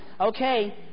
Okay